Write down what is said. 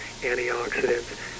antioxidants